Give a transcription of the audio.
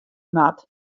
moat